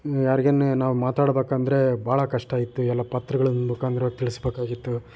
ಯಾರಿಗೇನೆ ನಾವು ಮಾತಾಡಬೇಕೆಂದ್ರೆ ಭಾಳ ಕಷ್ಟವಿತ್ತು ಎಲ್ಲ ಪತ್ರಗಳ ಮುಖಾಂತ್ರವಾಗಿ ತಿಳಿಸಬೇಕಾಗಿತ್ತು